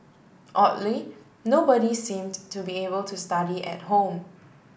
oddly nobody seemed to be able to study at home